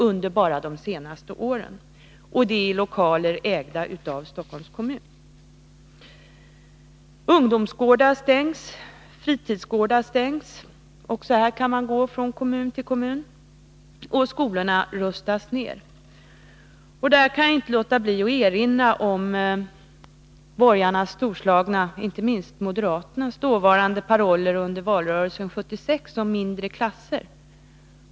Här gäller det lokaler som ägs av Stockholms kommun. Vidare stängs ungdomsgårdar och fritidsgårdar. Också här kan man gå från kommun till kommun. Och skolorna rustas ned. Jag kan i detta sammanhang inte låta bli att erinra om borgarnas storslagna —- inte minst då moderaternas — paroller under valrörelsen 1976 om mindre klasser.